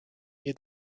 near